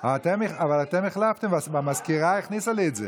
אבל אתם החלפתם, המזכירה הכניסה לי את זה.